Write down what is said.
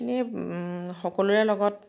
ইনে সকলোৰে লগত